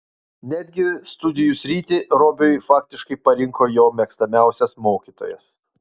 netgi studijų sritį robiui faktiškai parinko jo mėgstamiausias mokytojas